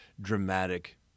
dramatic